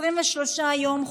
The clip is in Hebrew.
23 יום,